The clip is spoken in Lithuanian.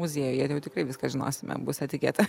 muziejuj jie tai jau tikrai viską žinosime bus etiketė